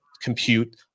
compute